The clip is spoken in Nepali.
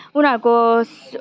उनीहरूको